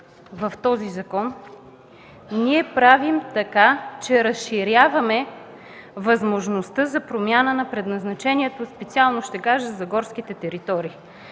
в този закон ние разширяваме възможността за промяна на предназначението, специално за горските територии.